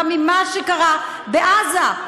גם ממה שקרה בעזה.